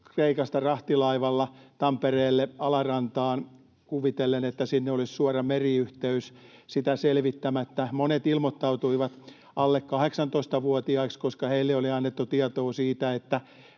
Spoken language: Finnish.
Kreikasta rahtilaivalla Tampereelle Alarantaan kuvitellen, että sinne olisi suora meriyhteys, sitä selvittämättä. Monet ilmoittautuivat alle 18-vuotiaiksi, koska heille oli annettu tietoa siitä, että